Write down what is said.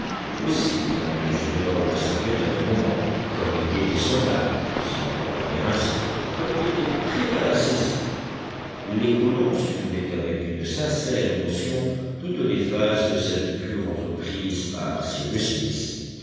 aussi comme l'ingénieur l'observait à tous moments comme il guettait son âme si l'on peut parler ainsi comme il était prêt à la saisir les colons suivaient avec une sincère émotion toutes les phases de cette cure entreprise par cyrus smith